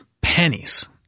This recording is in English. pennies